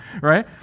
right